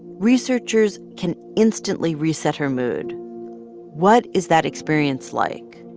researchers can instantly reset her mood what is that experience like?